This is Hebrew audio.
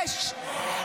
יש,